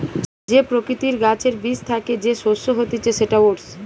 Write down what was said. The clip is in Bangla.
যে প্রকৃতির গাছের বীজ থ্যাকে যে শস্য হতিছে সেটা ওটস